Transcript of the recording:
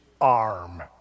arm